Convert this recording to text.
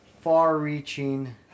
far-reaching